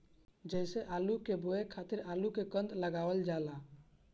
जइसे आलू के बोए खातिर आलू के कंद लगावल जाला